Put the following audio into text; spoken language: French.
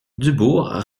dubourg